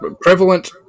prevalent